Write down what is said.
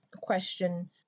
question